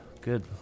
good